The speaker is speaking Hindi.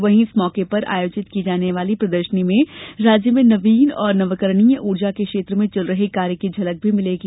वहीं इस मौके पर आयोजित की जाने वाली प्रदर्शनी में राज्य में नवीन और नवकरणीय ऊर्जा के क्षेत्र में चल रहे कार्य की झलक भी मिलेगी